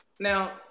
Now